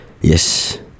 Yes